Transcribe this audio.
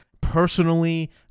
personally